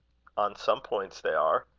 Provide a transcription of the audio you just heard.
on some points, they are.